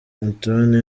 antoine